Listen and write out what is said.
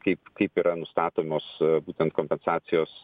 kaip kaip yra nustatomos būtent kompensacijos